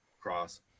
cross